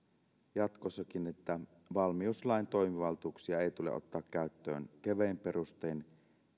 jatkossakin että valmiuslain toimivaltuuksia ei tule ottaa käyttöön kevein perustein